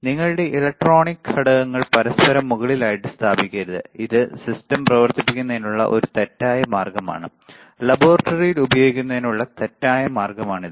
നിങ്ങളുടെ ഇലക്ട്രോണിക് ഘടകങ്ങൾ പരസ്പരം മുകളിൽ ആയിട്ടു സ്ഥാപിക്കരുത് ഇത് സിസ്റ്റം പ്രവർത്തിപ്പിക്കുന്നതിനുള്ള ഒരു തെറ്റായ മാർഗമാണ് ലബോറട്ടറിയിൽ ഉപയോഗിക്കുന്നതിനുള്ള തെറ്റായ മാർഗമാണ് ഇത്